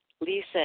Lisa